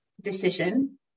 decision